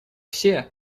все